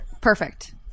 Perfect